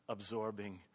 Absorbing